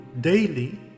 daily